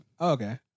Okay